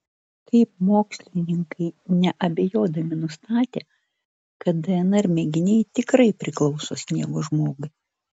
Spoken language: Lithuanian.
kaip mokslininkai neabejodami nustatė kad dnr mėginiai tikrai priklauso sniego žmogui